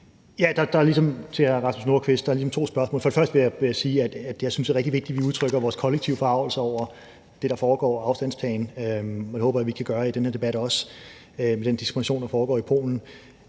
Der er ligesom to spørgsmål. For det første vil jeg sige til hr. Rasmus Nordqvist, at jeg synes, det er rigtig vigtigt, vi udtrykker vores kollektive forargelse over det, der foregår, og tager afstand. Det håber jeg vi kan gøre i den her debat også i forhold til den diskrimination, der foregår i Polen